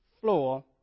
floor